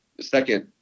second